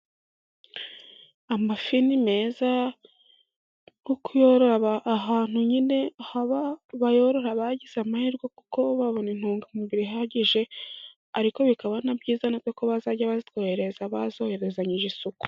Amafi ni meza nko kuyorora ,ahantu nyine bayorora bagize amahirwe ,kuko babona intungamubiri zihagije, ariko bikaba na byiza na byo ko bazajya bayatwohereza, bayohererezanyije isuku.